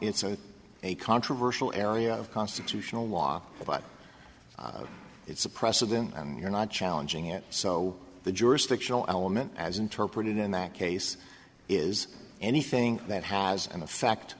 in a controversial area of constitutional law but it's a precedent and you're not challenging it so the jurisdictional element as interpreted in that case is anything that has an effect